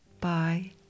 Bye